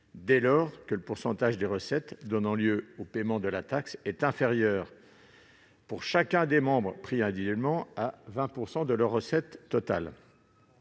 dès lors que le pourcentage des recettes donnant lieu au paiement de la taxe est inférieur, pour chacun des membres pris individuellement, à 20 % de leurs recettes totales.